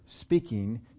speaking